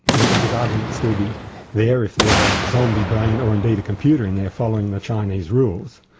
wouldn't his argument still be there if there's a zombie brain or indeed a computer in there following the chinese rules?